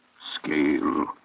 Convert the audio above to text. scale